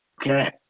Okay